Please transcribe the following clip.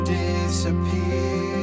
disappear